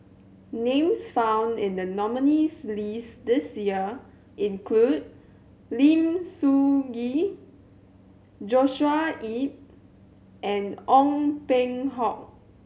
names found in the nominees' list this year include Lim Soo Ngee Joshua Ip and Ong Peng Hock